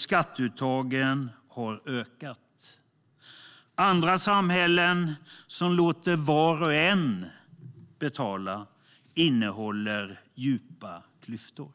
Skatteuttagen har ökat. Andra samhällen, som låter var och en betala, innehåller djupa klyftor.